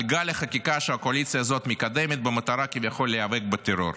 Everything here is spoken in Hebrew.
על גל החקיקה שהקואליציה הזאת מקדמת במטרה כביכול להיאבק בטרור,